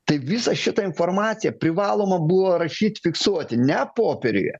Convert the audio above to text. tai visa šita informacija privaloma buvo rašyt fiksuot ne popieriuje